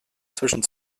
zwischen